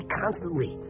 constantly